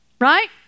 Right